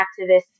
activists